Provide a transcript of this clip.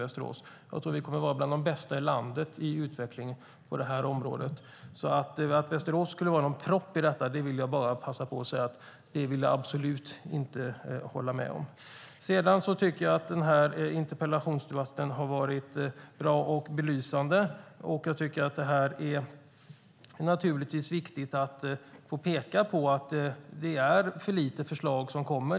Jag tror att vi kommer att vara bland de bästa i landet i utvecklingen på det här området. Att Västerås skulle vara någon propp i detta håller jag absolut inte med om. Jag tycker att denna interpellationsdebatt har varit bra och belysande, men det är naturligtvis viktigt att peka på att det kommer för lite förslag.